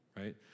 Right